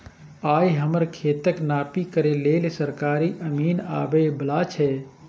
आइ हमर खेतक नापी करै लेल सरकारी अमीन आबै बला छै